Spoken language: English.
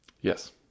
yes